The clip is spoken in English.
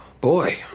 Boy